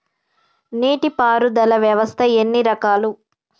నీటి పారుదల వ్యవస్థ ఎన్ని రకాలు?